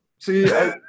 See